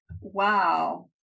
wow